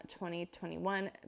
2021